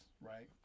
right